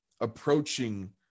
approaching